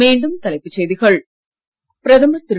மீண்டும் தலைப்புச் செய்திகள் பிரதமர் திரு